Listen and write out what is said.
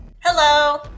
Hello